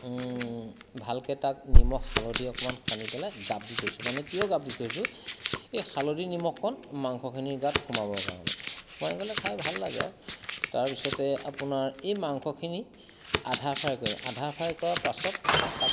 ভালকৈ তাক নিমখ হালধি অকণমান সানি পেলাই গাপ দি থৈছোঁ মানে কিয় গাপ দি থৈছোঁ এই হালধি নিমখকণ মাংসখিনিৰ গাত সোমাবৰ কাৰণে সোমাই গ'লে খাই ভাল লাগে আৰু তাৰপিছতে আপোনাৰ এই মাংসখিনি আধা ফ্ৰাই কৰিম আধা ফ্ৰাই কৰা পাছত তাক